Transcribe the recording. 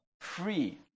free